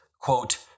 quote